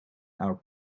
our